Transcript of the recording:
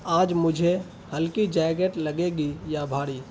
آج مجھے ہلکی جیکٹ لگے گی یا بھاری